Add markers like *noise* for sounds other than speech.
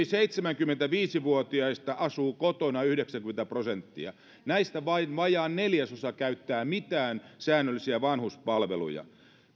*unintelligible* seitsemänkymmentäviisi vuotiaista asuu kotona yhdeksänkymmentä prosenttia näistä vain vajaa neljäsosa käyttää mitään säännöllisiä vanhuspalveluja